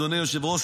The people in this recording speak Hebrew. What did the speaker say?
אדוני היושב-ראש,